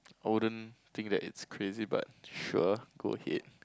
I wouldn't think that it's crazy but sure go ahead